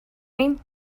mean